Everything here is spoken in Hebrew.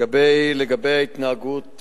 לגבי ההתנהגות